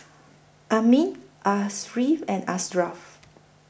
Amrin Ariff and Ashraf